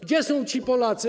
Gdzie są ci Polacy?